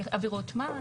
עבירות מס למיניהן.